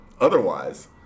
otherwise